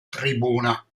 tribuna